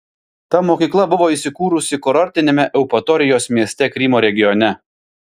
ta mokykla buvo įsikūrusi kurortiniame eupatorijos mieste krymo regione